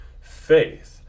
faith